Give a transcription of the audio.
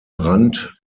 rand